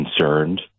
concerned